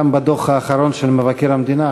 גם בדוח האחרון של מבקר המדינה,